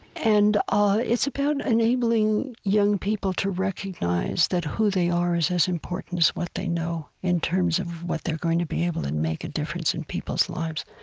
and ah it's about enabling young people to recognize that who they are is as important as what they know, in terms of what they're going to be able to and make a difference in people's lives